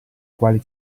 quali